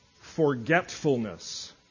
forgetfulness